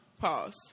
Pause